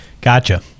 Gotcha